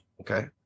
Okay